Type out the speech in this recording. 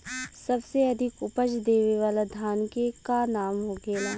सबसे अधिक उपज देवे वाला धान के का नाम होखे ला?